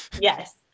Yes